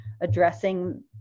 addressing